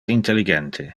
intelligente